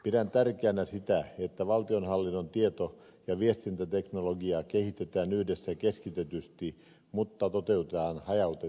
pidän tärkeänä sitä että valtionhallinnon tieto ja viestintäteknologiaa kehitetään yhdessä keskitetysti mutta toteutetaan hajautetusti